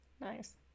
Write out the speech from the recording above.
Nice